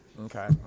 Okay